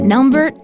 Number